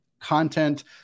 content